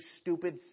stupid